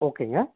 ஓகேங்க